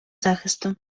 захисту